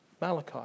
Malachi